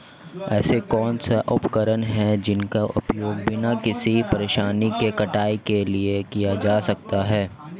ऐसे कौनसे उपकरण हैं जिनका उपयोग बिना किसी परेशानी के कटाई के लिए किया जा सकता है?